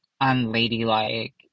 unladylike